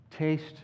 Taste